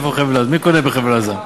מי קונה בחבל-עזה?